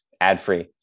ad-free